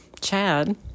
Chad